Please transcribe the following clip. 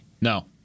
No